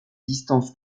distances